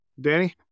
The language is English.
danny